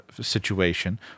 situation